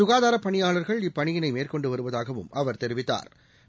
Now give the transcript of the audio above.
சுகாதாரப் பணியாளா்கள் இப்பணியினை மேற்கொண்டு வருவதாகவும் அவா் தெரிவித்தாா்